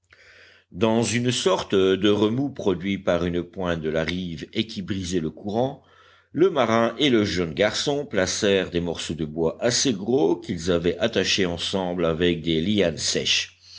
dans une sorte de remous produit par une pointe de la rive et qui brisait le courant le marin et le jeune garçon placèrent des morceaux de bois assez gros qu'ils avaient attachés ensemble avec des lianes sèches